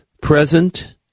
present